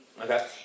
Okay